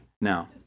now